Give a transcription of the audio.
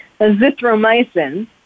azithromycin